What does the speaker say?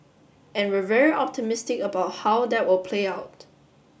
and we're very optimistic about how that will play out